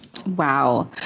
Wow